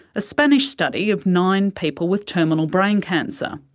a spanish study of nine people with terminal brain cancer.